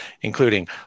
including